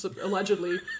allegedly